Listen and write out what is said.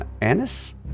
Anis